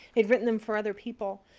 they've written them for other people.